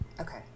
Okay